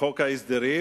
חוק ההסדרים.